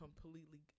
completely